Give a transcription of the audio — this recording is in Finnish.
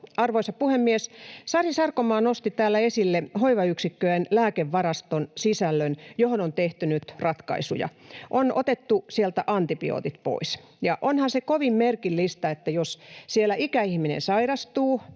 Arvoisa puhemies! Sari Sarkomaa nosti täällä esille hoivayksikköjen lääkevaraston sisällön, johon on tehty nyt ratkaisuja: on otettu sieltä antibiootit pois. Onhan se kovin merkillistä. Jos siellä ikäihminen sairastuu